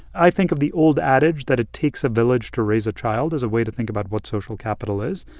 i think of the old adage that it takes a village to raise a child as a way to think about what social capital is.